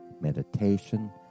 meditation